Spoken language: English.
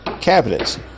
Cabinets